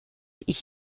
ich